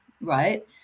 right